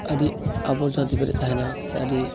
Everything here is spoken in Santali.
ᱟᱹᱰᱤ ᱟᱵᱚ ᱡᱟᱦᱟᱸ ᱛᱤᱨᱮᱵᱚ ᱵᱮᱨᱮᱫ ᱛᱟᱦᱮᱱᱟ ᱥᱮ ᱟᱹᱰᱤ